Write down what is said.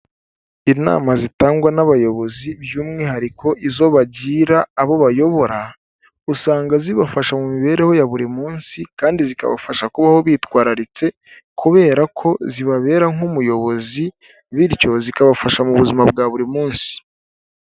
Inama zitangwa n'abayobozi by'umwihariko izo bagira abo bayobora, usanga zibafasha mu mibereho ya buri munsi, kandi zikabafasha kubaho bitwararitse kubera ko zibabera nk'umuyobozi bityo zikabafasha mu buzima bwa buri munsi.